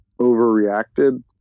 overreacted